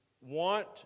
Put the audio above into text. want